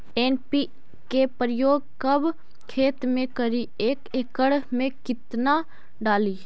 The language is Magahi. एन.पी.के प्रयोग कब खेत मे करि एक एकड़ मे कितना डाली?